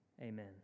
Amen